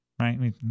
right